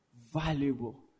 valuable